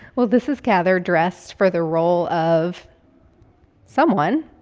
well, this is cather dressed for the role of someone,